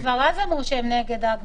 כבר אז הם אמרו שהם נגד ההגבלה.